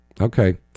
Okay